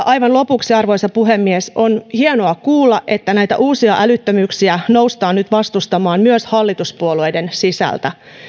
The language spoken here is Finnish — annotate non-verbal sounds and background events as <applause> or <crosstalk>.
<unintelligible> aivan lopuksi arvoisa puhemies on hienoa kuulla että näitä uusia älyttömyyksiä noustaan nyt vastustamaan myös hallituspuolueiden sisältä